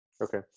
Okay